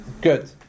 Good